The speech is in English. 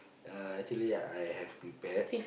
uh actually I have prepared